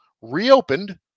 reopened